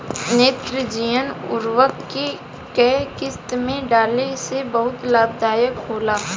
नेत्रजनीय उर्वरक के केय किस्त में डाले से बहुत लाभदायक होला?